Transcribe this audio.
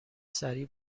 سری